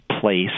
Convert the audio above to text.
place